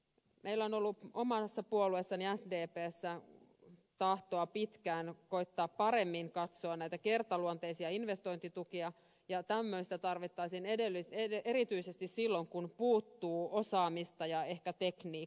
meillä on ollut omassa puolueessani sdpssä tahtoa pitkään koettaa paremmin katsoa näitä kertaluonteisia investointitukia ja tämmöistä tarvittaisiin erityisesti silloin kun puuttuu osaamista ja ehkä tekniikkaa